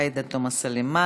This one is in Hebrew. עאידה תומא סלימאן,